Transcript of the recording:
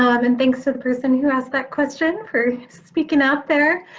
ah um and thanks to the person who asked that question for speaking out there.